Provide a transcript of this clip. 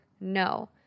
no